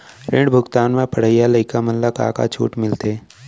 ऋण भुगतान म पढ़इया लइका मन ला का का छूट मिलथे?